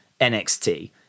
NXT